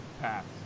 paths